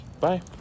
bye